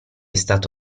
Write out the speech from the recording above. stato